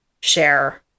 share